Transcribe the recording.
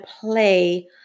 play